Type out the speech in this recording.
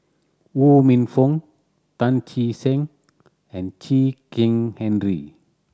Ho Minfong Tan Che Sang and Chen Kezhan Henri